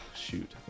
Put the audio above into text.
shoot